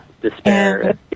despair